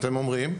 אתם אומרים,